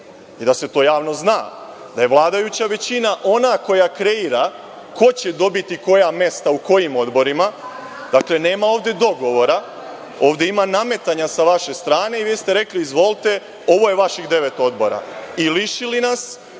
i da se to javno zna da je vladajuća većina ona koja kreira ko će dobiti koja mesta u kojim odborima. Dakle, nema ovde dogovora, ovde ima nametanja sa vaše strane i vi ste rekli – izvolite, ovo je vaših devet odbora i lišili nas